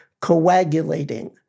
coagulating